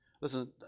Listen